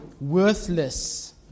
Worthless